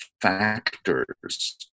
factors